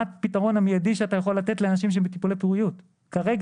מה הפתרון המיידי שאתה יכול לתת לנשים שהן בטיפולי פוריות כרגע?